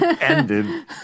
ended